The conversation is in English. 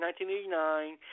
1989